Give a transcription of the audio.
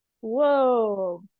whoa